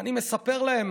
אני מספר להם